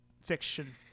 fiction